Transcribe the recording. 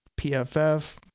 PFF